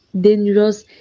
dangerous